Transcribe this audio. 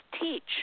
teach